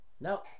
No